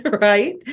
right